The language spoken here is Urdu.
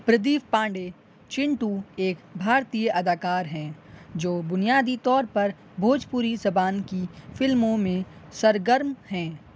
پردیپ پانڈے چنٹو ایک بھارتی اداکار ہیں جو بنیادی طور پر بھوجپوری زبان کی فلموں میں سرگرم ہیں